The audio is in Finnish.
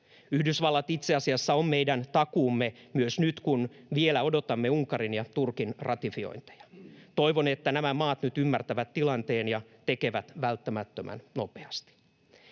Yhdysvallat itse asiassa on meidän takuumme myös nyt, kun vielä odotamme Unkarin ja Turkin ratifiointeja. Toivon, että nämä maat nyt ymmärtävät tilanteen ja tekevät välttämättömän nopeasti.